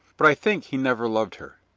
but i think he never loved her.